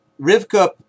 Rivka